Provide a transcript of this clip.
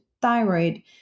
thyroid